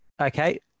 Okay